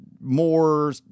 more